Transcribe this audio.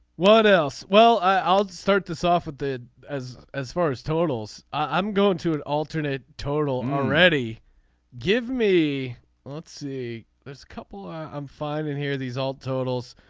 what else. well i'll start this off with the as. as far as totals i'm going to an alternate total already give me let's see. there's a couple ah i'm fine in here these all totals.